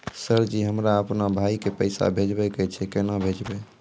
Sir ji हमरा अपनो भाई के पैसा भेजबे के छै, केना भेजबे?